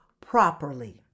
properly